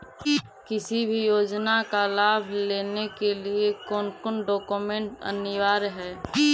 किसी भी योजना का लाभ लेने के लिए कोन कोन डॉक्यूमेंट अनिवार्य है?